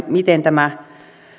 miten tämä